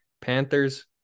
Panthers